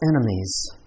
enemies